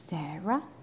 Sarah